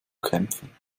kämpfen